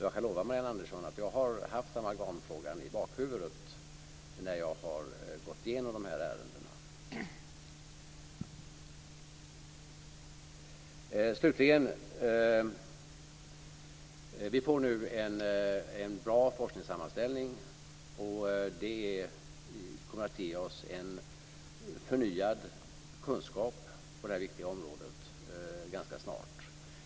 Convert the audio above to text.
Jag kan lova Marianne Andersson att jag har haft amalgamfrågan i bakhuvudet när jag har gått igenom de här ärendena. Vi får nu en bra forskningssammanställning. Den kommer att ge oss en förnyad kunskap på det här viktiga området ganska snart.